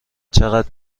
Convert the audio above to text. چقدر